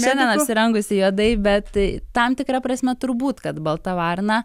šiandien apsirengusi juodai bet tai tam tikra prasme turbūt kad balta varna